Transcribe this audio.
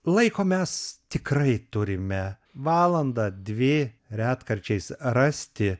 laiko mes tikrai turime valandą dvi retkarčiais rasti